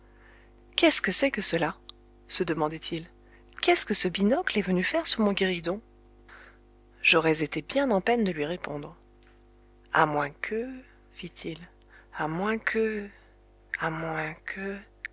qu'est-ce que c'est que cela se demandait-il qu'est-ce que ce binocle est venu faire sur mon guéridon j'aurais été bien en peine de lui répondre à moins que fit-il à moins que à moins que